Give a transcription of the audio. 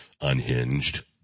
unhinged